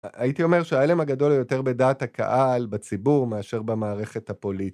הייתי אומר שההלם הגדול היותר בדעת הקהל, בציבור, מאשר במערכת הפוליטית.